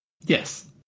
Yes